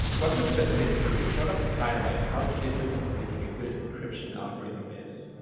what we've just been through sort of highlights how difficult making a good encryption algorithm is.